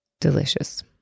delicious